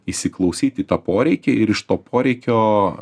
įsiklausyt į tą poreikį ir iš to poreikio